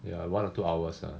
ya one or two hours ah